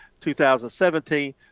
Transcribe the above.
2017